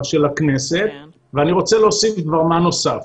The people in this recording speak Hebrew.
הכנסת ואני רוצה להוסיף דבר מה נוסף.